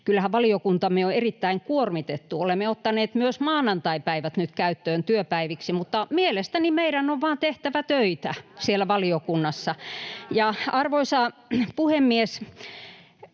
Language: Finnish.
valiokuntamme on erittäin kuormitettu. Olemme ottaneet myös maanantaipäivät nyt käyttöön työpäiviksi, mutta mielestäni meidän on vain tehtävä töitä siellä valiokunnassa. [Krista Kiuru: